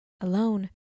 alone